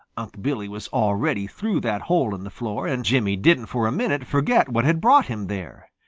unc' billy was already through that hole in the floor, and jimmy didn't for a minute forget what had brought him there.